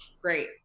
Great